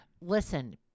Listen